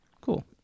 Cool